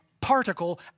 particle